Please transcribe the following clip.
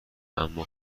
اما